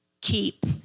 keep